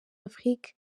afrique